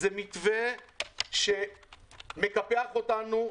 זה מתווה שמקפח אותנו,